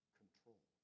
control